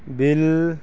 bill